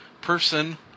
person